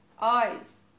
Eyes